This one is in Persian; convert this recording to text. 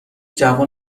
جوان